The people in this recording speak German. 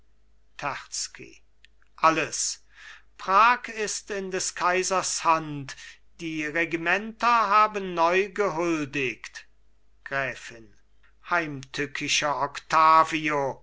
alles prag ist in des kaisers hand die regimenter haben neu gehuldigt gräfin heimtückischer octavio